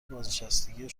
بازنشستگی